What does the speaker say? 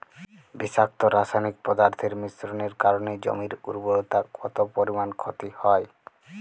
বিষাক্ত রাসায়নিক পদার্থের মিশ্রণের কারণে জমির উর্বরতা কত পরিমাণ ক্ষতি হয়?